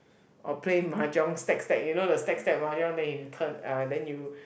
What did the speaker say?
or play mahjong stack stack you know the stack stack mahjong then you turn uh then you